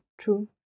True